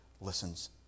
listens